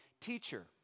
teacher